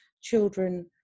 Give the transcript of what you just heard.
children